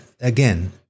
again